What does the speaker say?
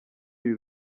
iri